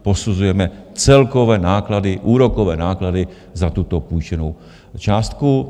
Posuzujeme celkové náklady, úrokové náklady za tuto půjčenou částku.